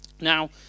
now